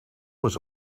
was